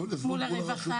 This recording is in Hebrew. מול הרווחה